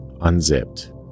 Unzipped